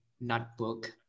notebook